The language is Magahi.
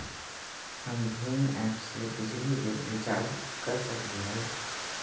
हम भीम ऐप से बिजली बिल रिचार्ज कर सकली हई?